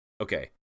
okay